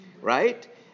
right